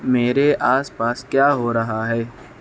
میرے آس پاس کیا ہو رہا ہے